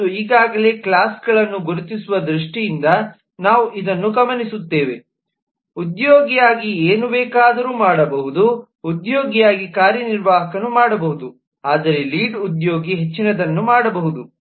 ಮತ್ತು ಈಗಾಗಲೇ ಕ್ಲಾಸ್ಗಳನ್ನು ಗುರುತಿಸುವ ದೃಷ್ಟಿಯಿಂದ ನಾವು ಇದನ್ನು ಗಮನಿಸುತ್ತೇವೆ ಉದ್ಯೋಗಿಯಾಗಿ ಏನು ಬೇಕಾದರೂ ಮಾಡಬಹುದು ಉದ್ಯೋಗಿಯಾಗಿ ಕಾರ್ಯನಿರ್ವಾಹಕನು ಮಾಡಬಹುದು ಆದರೆ ಲೀಡ್ ಉದ್ಯೋಗಿ ಹೆಚ್ಚಿನದನ್ನು ಮಾಡಬಹುದು